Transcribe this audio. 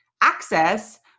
access